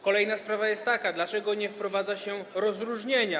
Kolejna sprawa jest taka: Dlaczego nie wprowadza się rozróżnienia?